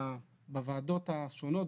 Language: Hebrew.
בוועדות השונות,